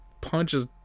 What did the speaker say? punches